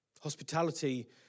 Hospitality